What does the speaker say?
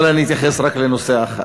אבל אני אתייחס רק לנושא אחד.